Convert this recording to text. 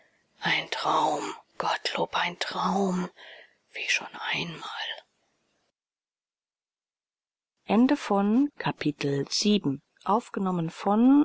ein traum gottlob ein traum wie schon einmal